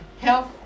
health